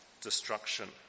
destruction